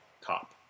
cop